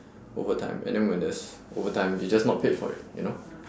overtime and then when there's overtime you're just not paid for it you know